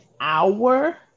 hour